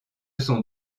sont